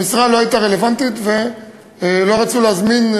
המשרה לא הייתה רלוונטית ולא רצו להזמין,